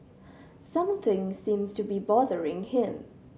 something seems to be bothering him